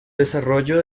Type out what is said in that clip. desarrollo